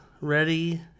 ready